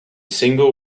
single